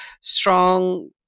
strong